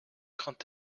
craint